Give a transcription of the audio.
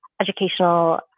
educational